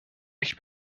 ich